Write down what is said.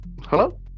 Hello